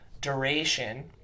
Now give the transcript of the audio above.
duration